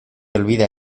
olvida